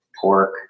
pork